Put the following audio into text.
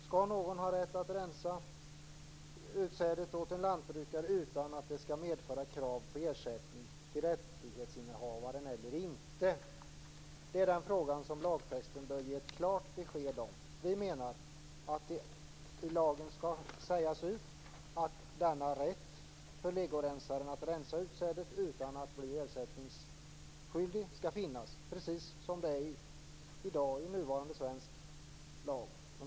Skall någon ha rätt att rensa utsädet åt en lantbrukare utan att det skall medföra krav på ersättning till rättighetsinnehavaren eller inte? Det är den frågan som lagtexten skall ge ett klart besked om. Vi menar att det i lagen skall utsägas att denna rätt för legorensaren att rensa utsädet utan att bli ersättningsskyldig skall finnas, precis som det är enligt nuvarande svensk lag.